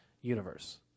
Universe